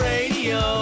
Radio